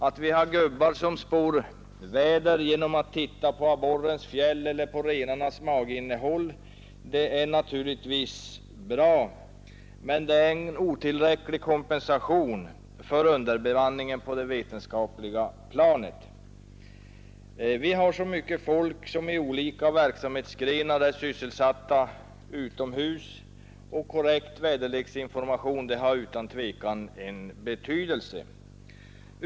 Att vi har gubbar som spår väder genom att titta på abborrens fjäll eller på renarnas maginnehåll är naturligtvis bra, men det är en otillräcklig kompensation för underbemanningen på det vetenskapliga planet. Så många människor inom olika verksamhetsgrenar är sysselsatta utomhus att korrekt väderleksinformation utan tvekan har en betydelse.